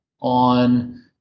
on